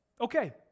Okay